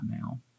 now